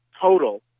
total